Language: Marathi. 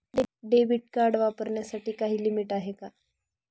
डेबिट कार्ड वापरण्यासाठी काही लिमिट आहे का?